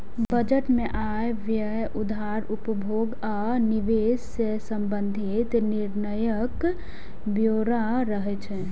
budget मे आय, व्यय, उधार, उपभोग आ निवेश सं संबंधित निर्णयक ब्यौरा रहै छै